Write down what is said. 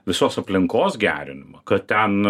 visos aplinkos gerinimą kad ten